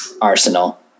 Arsenal